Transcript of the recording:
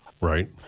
Right